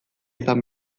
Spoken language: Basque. izan